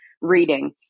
reading